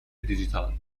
دیجیتال